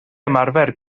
ymarfer